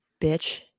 bitch